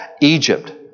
Egypt